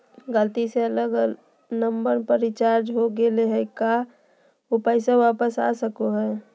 गलती से अलग नंबर पर रिचार्ज हो गेलै है का ऊ पैसा वापस आ सको है?